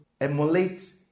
emulate